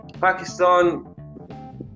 Pakistan